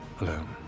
alone